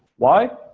why?